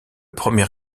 premier